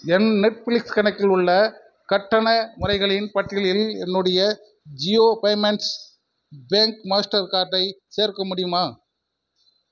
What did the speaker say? என் Netflix கணக்கில் உள்ள கட்டண முறைகளின் பட்டியலில் என்னுடைய ஜியோ பேமெண்ட்ஸ் பேங்க் மாஸ்டர் கார்டை சேர்க்க முடியுமா